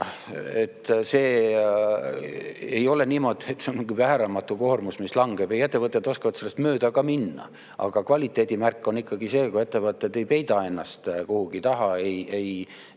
Ei ole niimoodi, et see on mingi vääramatu koormus, mis langeb. Ei, ettevõtted oskavad sellest mööda ka minna. Aga kvaliteedimärk on ikkagi see, kui ettevõtted ei peida ennast kuhugi taha, ei